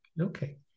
okay